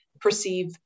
perceive